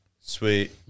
Sweet